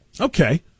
Okay